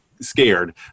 scared